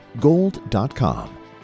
gold.com